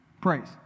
praise